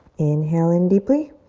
inhale in deeply.